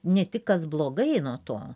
ne tik kas blogai nuo to